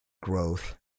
growth